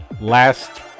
last